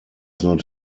not